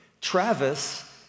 Travis